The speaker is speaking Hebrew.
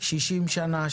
60 שנה,